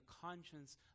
conscience